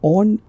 on